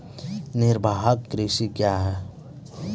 निवाहक कृषि क्या हैं?